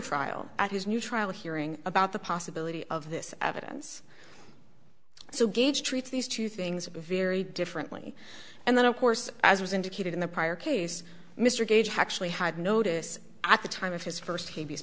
trial at his new trial hearing about the possibility of this evidence so gage treats these two things very differently and then of course as was indicated in the prior case mr gage had actually had notice at the time of his first t